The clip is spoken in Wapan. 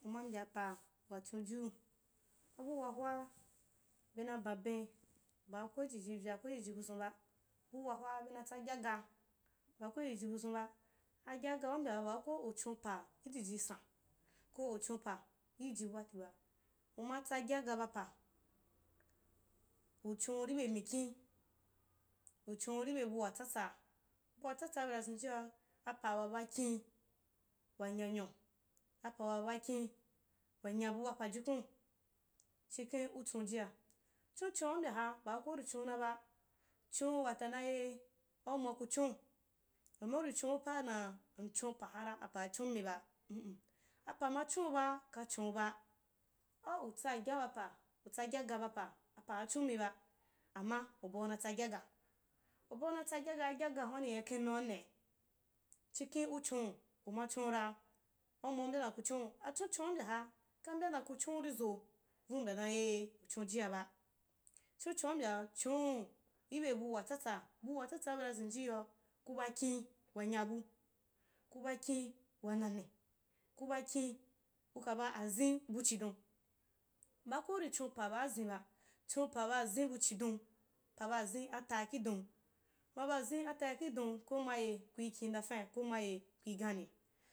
Uma mbyaoa waxhonjiu abua hwa bena banben baa koijiji vya koijiji buzun b, bu wahwa bena tsa gyaga, baa ko ijiji buzum ba agya gaa ijiji san ko uchon pa ijiji bu batiba, umatsa gyaga ba pa u chan’u ri b bua tsatsa, bua tsa tsaa bena zenjia apa waba kin wanyanyo apa waba kin wanga bub a pajukua, chikhen uchonja, chonchoric u mbyaha baa ko uri chonna ba, chn’u wata da eh auma kuchon u, amma uri chon’upa dan nchon paa hara apahara chommib mm apa ma chon’uba ka chon ba au utsagya ba pa utssa gyagaba pa, ap ana chonmiba amma bubau natsa gyaga ubua natsa gyagaa agyagaa hun’a ni yai kenu ani? Chikhen uchin’u uma chon’ura auma u mbya dan kuchon’u ibe buwa tsatsa buwatsa tsaaa bena zenjiu yoa, kuba kin wanya bu kuba kuba wanane kuba kin u kaba azin bu chindon baa ko uri chon paa baa zin ba chon pa aba azim bu chidom pa aba azim bua tai ki don kumaba azim atai ki don ko mat kui gane